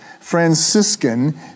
Franciscan